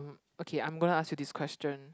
okay I'm gonna ask you this question